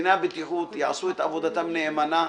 שקציני הבטיחות יעשו את עבודתם נאמנה,